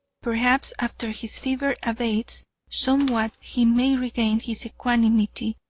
perhaps after his fever abates somewhat he may regain his equanimity,